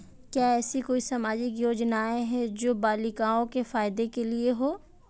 क्या ऐसी कोई सामाजिक योजनाएँ हैं जो बालिकाओं के फ़ायदे के लिए हों?